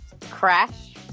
Crash